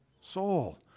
soul